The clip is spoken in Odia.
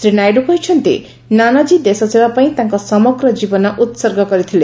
ଶ୍ରୀ ନାଇଡୁ କହିଛନ୍ତି ନାନାକୀ ଦେଶସେବା ପାଇଁ ତାଙ୍କ ସମଗ୍ର ଜୀବନ ଉତ୍ସର୍ଗ କରିଥିଲେ